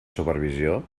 supervisió